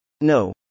No